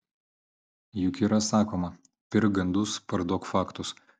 juk yra sakoma pirk gandus parduok faktus